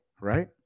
right